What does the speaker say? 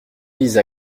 vise